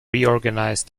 reorganized